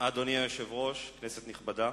אדוני היושב-ראש, כנסת נכבדה,